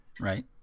Right